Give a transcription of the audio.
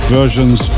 versions